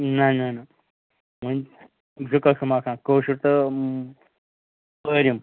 نہ نہ نہ ونۍ چھُ زٕ قٕسٕم آسان کٲشُر تہٕ پٲرِم